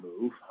move